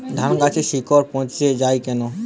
ধানগাছের শিকড় পচে য়ায় কেন?